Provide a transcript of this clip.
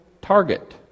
target